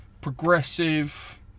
progressive